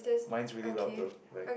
mine's really loud though like